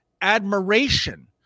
admiration